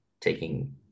taking